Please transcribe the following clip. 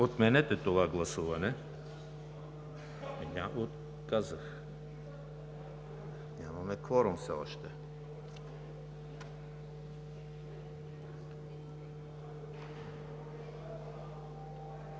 отменете това гласуване. Нямаме кворум все още.